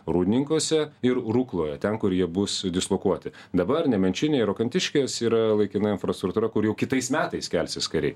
rūdninkuose ir rukloje ten kur jie bus dislokuoti dabar nemenčinė ir rokantiškės yra laikina infrastruktūra kur jau kitais metais kelsis kariai